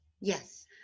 Yes